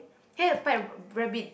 he had a pet rabbit